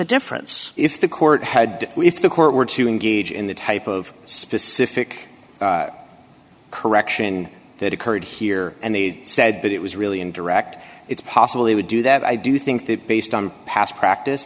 a difference if the court had if the court were to engage in the type of specific correction that occurred here and they said that it was really in direct it's possible he would do that i do think that based on past practice